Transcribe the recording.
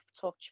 touch